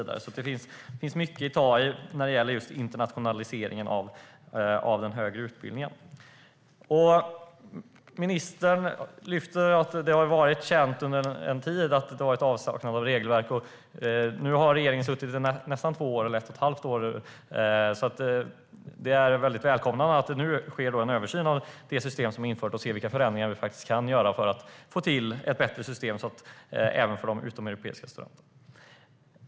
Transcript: Det finns mycket att ta tag i när det gäller just internationaliseringen av den högre utbildningen. Ministern lyfter upp att avsaknaden av regelverk har varit känd under en tid. Nu har regeringen suttit i nästan två år, så det är välkommet att det sker en översyn av systemet så att man kan se vilka förändringar som kan göras för att få till ett bättre system även för de utomeuropeiska studenterna.